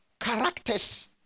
Characters